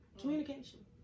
Communication